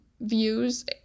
views